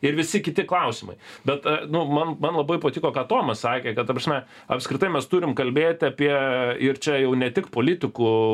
ir visi kiti klausimai bet nu man man labai patiko ką tomas sakė kad ta prasme apskritai mes turim kalbėti apie ir čia jau ne tik politikų